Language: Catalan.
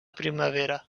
primavera